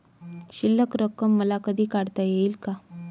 शिल्लक रक्कम मला कधी काढता येईल का?